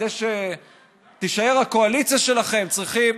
ובשביל שתישאר הקואליציה שלכם צריכים